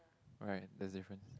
alright that's difference